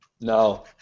No